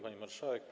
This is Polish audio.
Pani Marszałek!